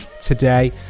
today